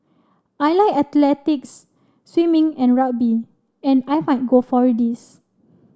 I like athletics swimming and rugby and I might go for these